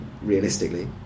realistically